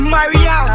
Maria